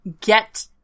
Get